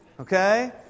Okay